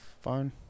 fine